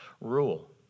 rule